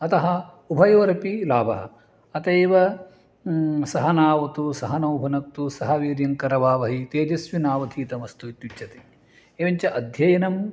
अतः उभयोरपि लाभः अतः एव सह नाववतु स नौ भुनक्तु सहवीर्यं करवावहै तेजस्विनावधीतमस्तु इत्युच्यते एवञ्च अध्ययनम्